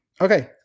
Okay